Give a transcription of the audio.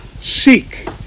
seek